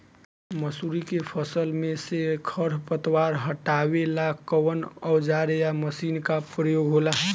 मसुरी के फसल मे से खरपतवार हटावेला कवन औजार या मशीन का प्रयोंग होला?